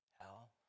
Hell